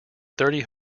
thirty